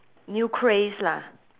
new craze lah